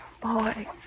Boy